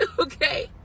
okay